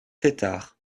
tétart